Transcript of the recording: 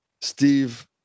Steve